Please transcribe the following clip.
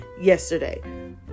yesterday